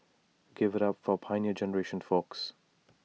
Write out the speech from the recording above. give IT up for the Pioneer Generation folks